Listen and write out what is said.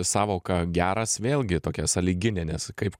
sąvoka geras vėlgi tokia sąlyginė nes kaip